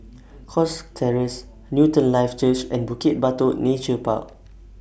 Cox Terrace Newton Life Church and Bukit Batok Nature Park